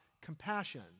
compassion